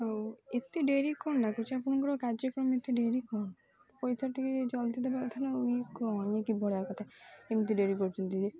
ଆଉ ଏତେ ଡେରି କ'ଣ ଲାଗୁଛି ଆପଣଙ୍କର କାର୍ଯ୍ୟକ୍ରମ ଏତେ ଡେରି କ'ଣ ପଇସା ଟିକେ ଜଲ୍ଦି ଦେବା କଥା ନା ଆଉ ଇଏ କ'ଣ ଇଏ କି ଭଳିଆ କଥା ଏମିତି ଡେରି କରୁଛନ୍ତି ଦଦି